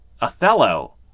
Othello